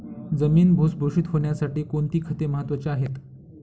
जमीन भुसभुशीत होण्यासाठी कोणती खते महत्वाची आहेत?